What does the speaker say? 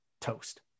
toast